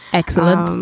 excellent.